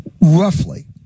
Roughly